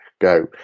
go